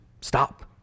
stop